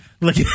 Look